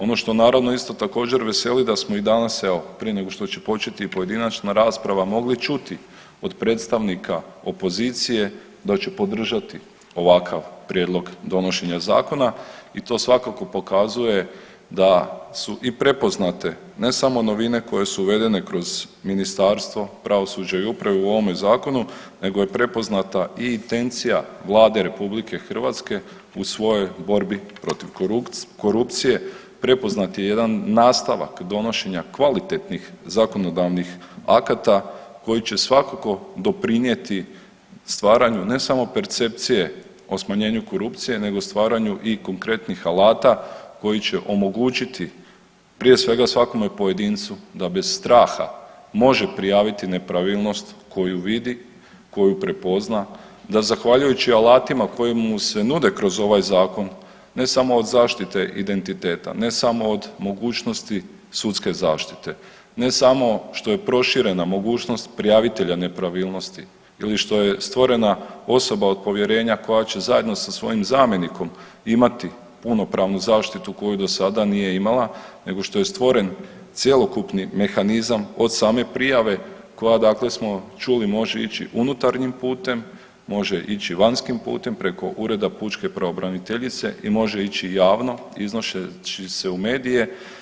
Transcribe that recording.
Ono što naravno isto također veseli da smo i danas evo prije nego što će početi pojedinačna rasprava mogli čuti od predstavnika opozicije da će podržati ovakav prijedlog donošenja zakona i to svakako pokazuje da su i prepoznate ne samo novine koje su uvedene kroz ministarstvo, pravosuđe i upravu u ovome zakonu nego je prepoznata i intencija Vlade RH u svojoj borbi protiv korupcije, prepoznat je jedan nastavak donošenja kvalitetnih zakonodavnih akata koji će svakako doprinjeti stvaranju ne samo percepcije o smanjenju korupcije nego stvaranju i konkretnih alata koji će omogućiti prije svega svakome pojedincu da bez straha može prijaviti nepravilnost koju vidi, koju prepozna, da zahvaljujući alatima koji mu se nude kroz ovaj zakon ne samo od zaštite identiteta, ne samo od mogućnosti sudske zaštite, ne samo što je proširena mogućnost prijavitelja nepravilnosti ili što je stvorena osoba od povjerenja koja će zajedno sa svojim zamjenikom imati punopravnu zaštitu koju do sada nije imala nego što je stvoren cjelokupni mehanizam od same prijave koja dakle smo čuli može ići unutarnjim putem, može ići vanjskim putem preko ureda pučke pravobraniteljice i može ići javno iznošeći se u medije.